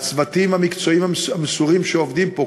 הצוותים המקצועיים המסורים שעובדים פה,